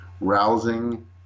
rousing